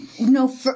No